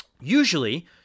Usually